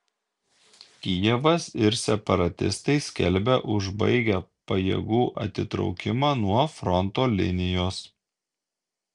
kijevas ir separatistai skelbia užbaigę pajėgų atitraukimą nuo fronto linijos